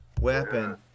weapon